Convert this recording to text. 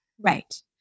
Right